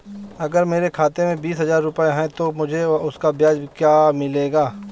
अगर मेरे खाते में बीस हज़ार रुपये हैं तो मुझे उसका ब्याज क्या मिलेगा?